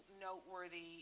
noteworthy